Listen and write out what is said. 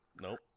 Nope